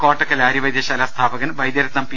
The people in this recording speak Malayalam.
കോട്ടക്കൽ ആര്യവൈദ്യശാല സ്ഥാപകൻ വൈദ്യരത്നം പി